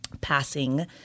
passing